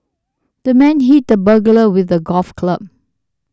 the man hit the burglar with a golf club